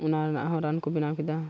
ᱚᱱᱟ ᱨᱮᱱᱟᱜ ᱦᱚᱸ ᱨᱟᱱ ᱠᱚ ᱵᱮᱱᱟᱣ ᱠᱮᱫᱟ